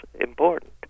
important